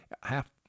half